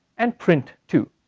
and print too.